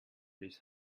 this